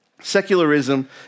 Secularism